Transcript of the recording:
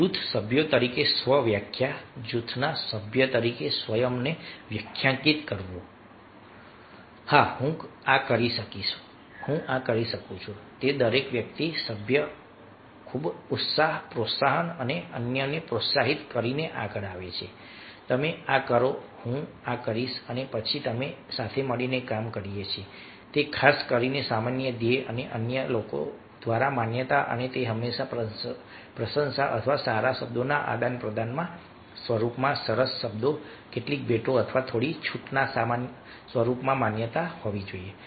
જૂથ સભ્યો તરીકે સ્વ વ્યાખ્યા જૂથના સભ્ય તરીકે સ્વયંને વ્યાખ્યાયિત કર્યું કે હા હું આ કરી શકું છું હું કરી શકું છું કે દરેક સભ્ય ખૂબ ઉત્સાહ પ્રોત્સાહન અન્યને પ્રોત્સાહિત કરીને આગળ આવે છે તમે આ કરો હું આ કરીશ અને પછી અમે સાથે મળીને કામ કરીએ છીએ તે ખાસ માટે સામાન્ય ધ્યેય અને અન્ય લોકો દ્વારા માન્યતા અને તે પણ પ્રશંસા અથવા સારા શબ્દોના આદાનપ્રદાનના સ્વરૂપમાં સરસ શબ્દો કેટલીક ભેટો અથવા થોડી છૂટના સ્વરૂપમાં માન્યતા હોવી જોઈએ